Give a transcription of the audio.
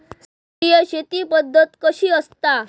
सेंद्रिय शेती पद्धत कशी असता?